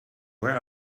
where